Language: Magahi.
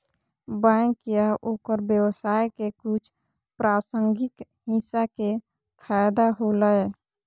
बैंक या ओकर व्यवसाय के कुछ प्रासंगिक हिस्सा के फैदा होलय